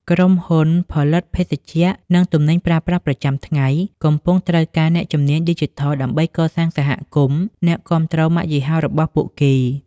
ក្រុមហ៊ុនផលិតភេសជ្ជៈ និងទំនិញប្រើប្រាស់ប្រចាំថ្ងៃ កំពុងត្រូវការអ្នកជំនាញឌីជីថលដើម្បីកសាងសហគមន៍អ្នកគាំទ្រម៉ាកយីហោរបស់ពួកគេ។